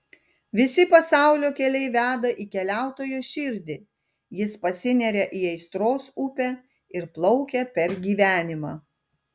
visi pasaulio keliai veda į keliautojo širdį jis pasineria į aistros upę ir plaukia per gyvenimą